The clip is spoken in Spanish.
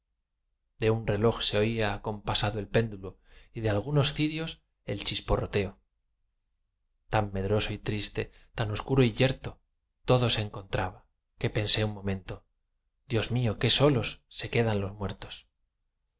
de un reloj se oía compasado el péndulo y de algunos cirios el chisporroteo tan medroso y triste tan oscuro y yerto todo se encontraba que pensé un momento dios mío qué solos se quedan los muertos